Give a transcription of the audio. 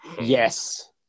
Yes